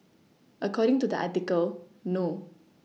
according to the article no